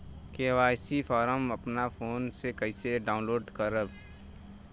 KYC form अपना phone मे कइसे डाऊनलोड करेम?